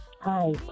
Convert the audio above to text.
Hi